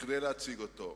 כדי להציג אותו.